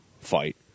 fight